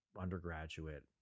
undergraduate